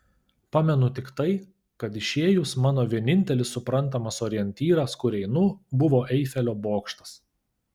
pamenu tik tai kad išėjus mano vienintelis suprantamas orientyras kur einu buvo eifelio bokštas